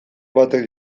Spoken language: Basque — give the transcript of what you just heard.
batek